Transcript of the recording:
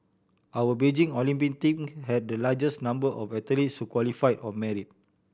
our Beijing Olympic think had the largest number of athletes who qualified on merit